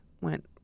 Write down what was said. went